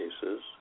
cases